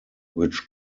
which